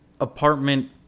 apartment